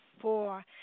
four